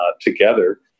Together